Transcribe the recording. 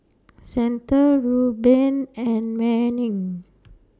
Santa Reuben and Manning